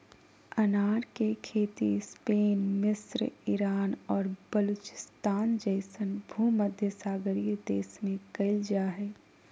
अनार के खेती स्पेन मिस्र ईरान और बलूचिस्तान जैसन भूमध्यसागरीय देश में कइल जा हइ